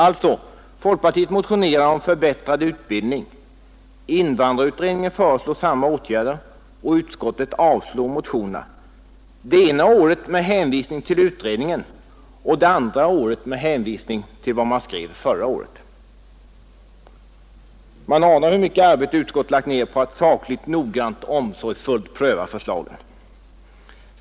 Alltså: Folkpartiet motionerar om förbättrad utbildning, invandrarutredningen föreslår samma åtgärder och utskottet avstyrker motionerna — det ena året med hänvisning till utredningen och det andra året med hänvisning till vad det skrev förra året. Man anar hur mycket arbete utskottet lagt ner på att sakligt, noggrant och omsorgsfullt pröva förslagen.